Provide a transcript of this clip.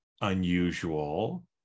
unusual